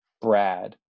Brad